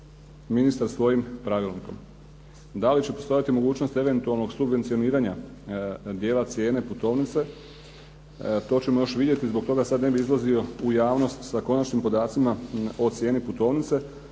ministar svojim pravilnikom. Da li će postojati mogućnost eventualnog subvencioniranja dijela cijene putovnice to ćemo još vidjeti, zbog toga sad ne bi izlazio u javnost sa konačnim podacima o cijeni putovnice